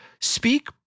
speak